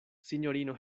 sinjorino